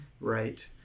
Right